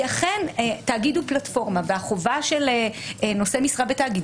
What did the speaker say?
כי אכן תאגיד הוא פלטפורמה והחובה של נושא משרה בתאגיד